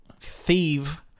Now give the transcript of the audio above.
thief